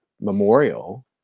memorial